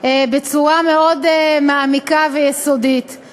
בצורה מעמיקה ויסודית מאוד.